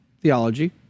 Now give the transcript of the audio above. theology